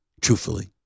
Truthfully